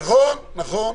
נכון, נכון.